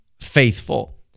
faithful